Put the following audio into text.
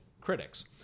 critics